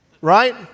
Right